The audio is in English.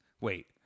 Wait